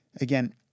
again